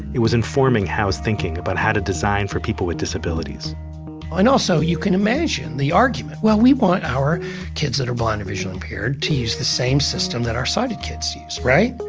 it was informing howe's thinking about how to design for people with disabilities and also you can imagine the argument. well, we want our kids that are blind, visually impaired to use the same system that our sighted kids use. right?